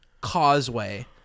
causeway